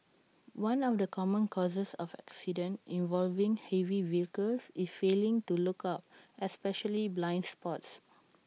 one of the common causes of accidents involving heavy vehicles is failing to look out especially blind spots